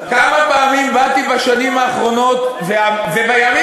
כמה פעמים באתי בשנים האחרונות ובימים